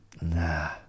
nah